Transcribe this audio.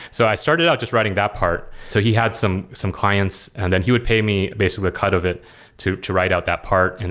so i started out just writing that part. so he had some some clients, and then he would pay me basically a cut of it to to write out that part. and